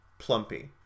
Plumpy